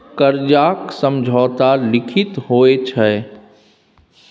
करजाक समझौता लिखित होइ छै